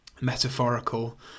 metaphorical